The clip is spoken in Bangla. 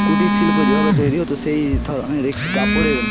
কুটিরশিল্প যেভাবে তৈরি হতো সেই ধরনের একটি কাপড়ের